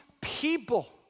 people